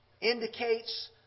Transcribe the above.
indicates